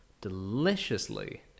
deliciously